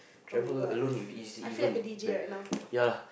travel alone is easy even if bear ya lah